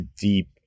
deep